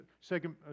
second